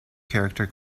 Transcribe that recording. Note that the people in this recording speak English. character